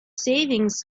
savings